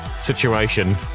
situation